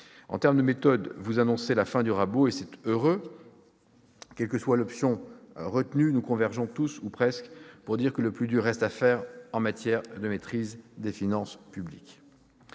En termes de méthode, vous annoncez la fin du rabot, et c'est heureux. Quelle que soit l'option retenue, nous convergeons tous, ou presque, pour dire que le plus dur reste à faire en matière de maîtrise de la dépense.